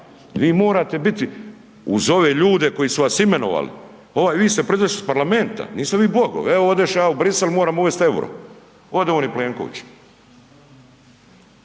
vi morate biti uz ove ljude koji su vas imenovali, ovaj vi ste proizašli iz parlamenta, niste vi Bogovi, evo odeš ja u Brisel, moram uvest EUR-o, ode on i Plenković,